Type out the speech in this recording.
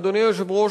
אדוני היושב-ראש,